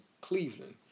Cleveland